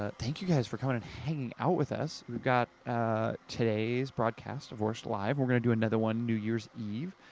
ah thank you guys for coming and hanging out with us. we've got ah today's broadcast, of course, live. we're gonna do another one new year's eve.